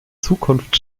zukunft